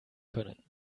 können